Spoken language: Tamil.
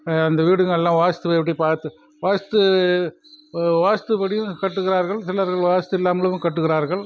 அந்த வீடுங்கள்ல்லாம் வாஸ்து எப்படி பார்த்து வாஸ்து வாஸ்துப்படியும் கட்டுகிறார்கள் சிலர்கள் வாஸ்து இல்லாமலும் கட்டுகிறார்கள்